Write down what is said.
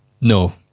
No